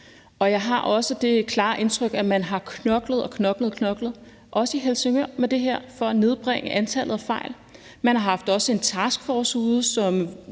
Jeg har også det klare indtryk, at man har knoklet og knoklet, også i Helsingør, med det her for at nedbringe antallet af fejl. Man har også haft en taskforce ude, og